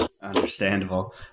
Understandable